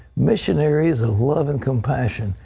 missionaries of love and compassion.